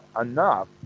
enough